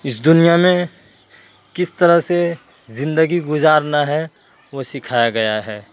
اس دنیا میں کس طرح سے زندگی گزارنا ہے وہ سکھایا گیا ہے